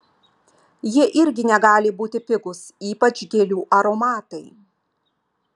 jie irgi negali būti pigūs ypač gėlių aromatai